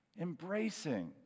embracing